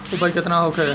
उपज केतना होखे?